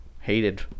hated